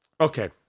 Okay